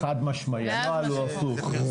חד-משמעית, הנוהל הוא הפוך.